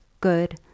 good